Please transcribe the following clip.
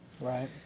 Right